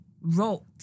wrote